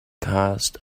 caused